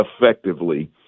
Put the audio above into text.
effectively